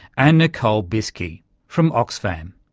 and nicole bieske from oxfam.